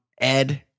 Ed